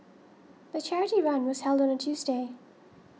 the charity run was held on a Tuesday